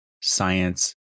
science